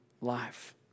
life